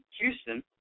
Houston